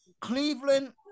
Cleveland